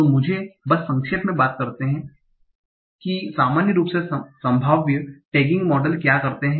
तो मुझे बस संक्षेप में बात करते हैं कि सामान्य रूप से संभाव्य टैगिंग मॉडल क्या करते हैं